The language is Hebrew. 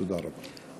תודה רבה.